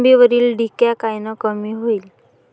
मोसंबीवरील डिक्या कायनं कमी होईल?